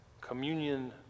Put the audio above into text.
Communion